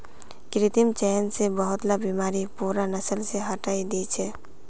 कृत्रिम चयन स बहुतला बीमारि पूरा नस्ल स हटई दी छेक